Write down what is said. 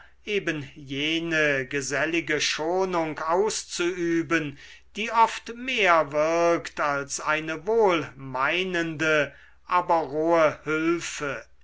eben jene gesellige schonung auszuüben die oft mehr wirkt als eine wohlmeinende aber rohe hülfe